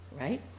right